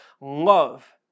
love